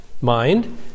mind